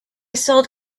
sold